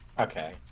Okay